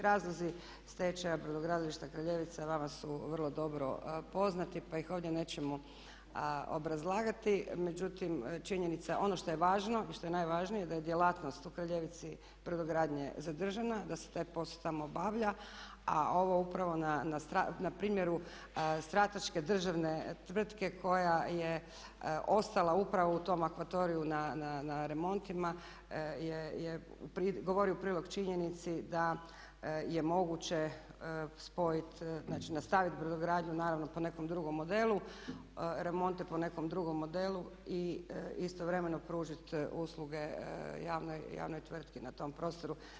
Razlozi stečaja brodogradilišta Kraljevica vama su vrlo dobro poznati pa ih ovdje nećemo obrazlagati, međutim ono što je važno i što je najvažnije da je djelatnost u Kraljevici brodogradnje zadržana, da se taj posao tamo obavlja a ovo upravo na primjeru strateške državne tvrtke koja je ostala upravo u tom akvatoriju na remontima govori u prilog činjenici da je moguće spojiti, znači nastaviti brodogradnju naravno po nekom drugom modelu, remonte po nekom drugom modelu i istovremeno pružiti usluge javnoj tvrtki na tom prostoru.